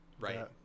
Right